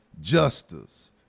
justice